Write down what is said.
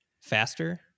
faster